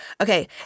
Okay